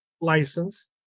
license